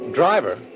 driver